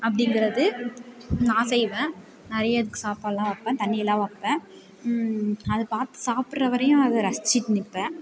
அப்படிங்கிறது நான் செய்வேன் நிறைய சாப்பாட்டெலாம் வைப்பேன் தண்ணியெலாம் வைப்பேன் அதுப் பார்த்து சாப்பிட்ற வரையும் அதை ரசிச்சுட்டு நிற்பேன்